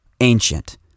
ancient